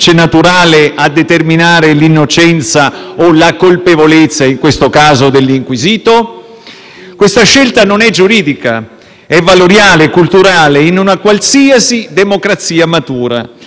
Questa scelta non è giuridica, ma è valoriale e culturale in una qualsiasi democrazia matura. La seconda premessa è invece una domanda: in uno Stato di diritto esistono azioni politiche